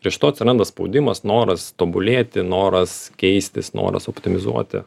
ir iš to atsiranda spaudimas noras tobulėti noras keistis noras optimizuoti